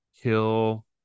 kill